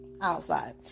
outside